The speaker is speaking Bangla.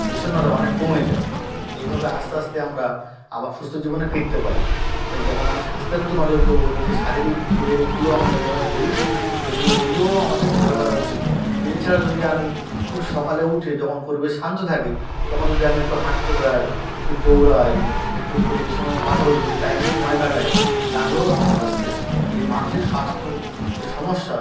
বিষণ্ণতা অনেক কমে যায় এইভাবে আস্তে আস্তে আমরা আবার সুস্থ জীবনে ফিরতে পারি তাই যেমন আমি স্বাস্থ্যের প্রতি নজর দেবো নিজে শারীরিক রোগগুলো আমরা নিরাময় করি তেমনি এইগুলোও আমাদের নিরাময় করা উচিত এছাড়া যদি আমি খুব সকালে উঠে যখন পরিবেশ শান্ত থাকে তখন যদি আমি একটু হাঁটতে বেরোই একটু দৌড়াই একটু প্রকৃতির সঙ্গে কথা বলে নিজের টাইম সময় কাটাই তাহলেও আস্তে আস্তে এই মানসিক স্বাস্থ্য যে সমস্যা